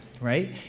right